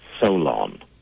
Solon